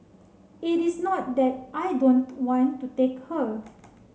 it is not that I don't want to take her